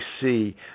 see